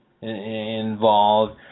involved